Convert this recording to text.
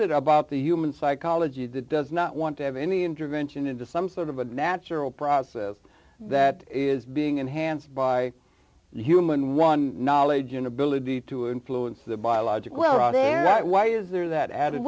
it about the human psychology that does not want to have any intervention into some sort of a natural process that is being enhanced by human one knowledge an ability to influence the biologic we're out there that